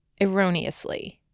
erroneously